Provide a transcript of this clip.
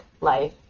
life